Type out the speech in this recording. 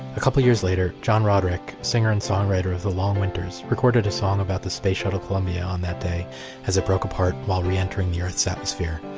a couple years later, john roderick, singer and songwriter of the long winters, recorded a song about the space shuttle columbia on that day as it broke apart while reentering the earth's atmosphere.